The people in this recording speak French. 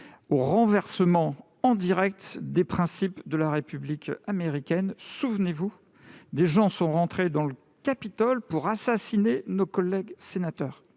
au renversement en direct des principes de la République américaine. Souvenez-vous de ces gens qui sont entrés dans le Capitole pour assassiner nos collègues sénateurs